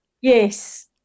Yes